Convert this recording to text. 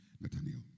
Nathaniel